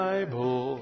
Bible